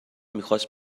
میخواست